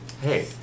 Hey